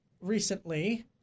recently